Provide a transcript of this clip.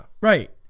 Right